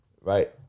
Right